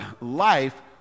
life